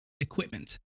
equipment